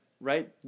right